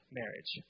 marriage